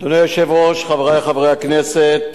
אדוני היושב-ראש, חברי חברי הכנסת,